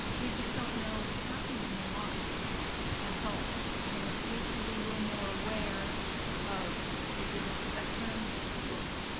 we just don't know what's happening in their lives at home and if we can be a little more aware of is it a spectrum, is it